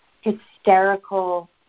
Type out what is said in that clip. hysterical